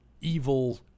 evil